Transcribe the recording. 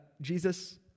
Jesus